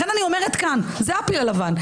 לכן אני אומרת כאן: זה הפיל הלבן.